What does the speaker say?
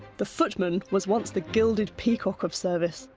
the footman was once the gilded peacock of service,